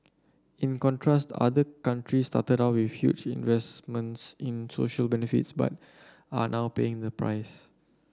in contrast other countries started out with huge investments in social benefits but are now paying the price